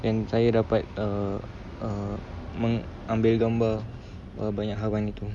and saya dapat uh uh mengambil gambar uh banyak haiwan itu